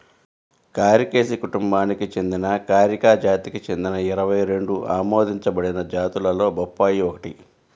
కారికేసి కుటుంబానికి చెందిన కారికా జాతికి చెందిన ఇరవై రెండు ఆమోదించబడిన జాతులలో బొప్పాయి ఒకటి